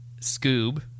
Scoob